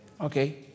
Okay